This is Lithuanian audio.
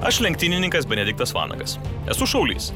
aš lenktynininkas benediktas vanagas esu šaulys